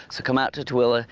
so come out to tooele, ah